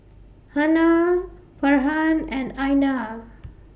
Hana Farhan and Aina